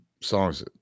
songs